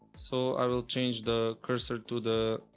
so i will change the cursor to the